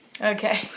Okay